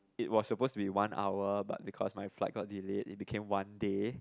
it was supposed to be one hour but because my flight got delayed it became one day